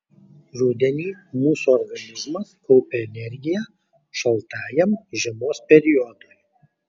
rudenį mūsų organizmas kaupia energiją šaltajam žiemos periodui